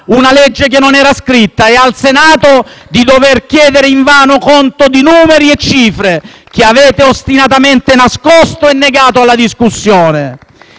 una legge che non era scritta e, al Senato, di dover chiedere invano conto di numeri e cifre che avete ostinatamente nascosto e negato alla discussione.